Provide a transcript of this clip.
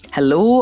Hello